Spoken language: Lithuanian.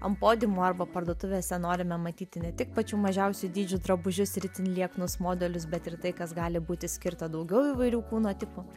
ant podiumų arba parduotuvėse norime matyti ne tik pačių mažiausių dydžių drabužius ir itin lieknus modelius bet ir tai kas gali būti skirta daugiau įvairių kūno tipų